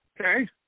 Okay